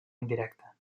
indirecta